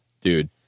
dude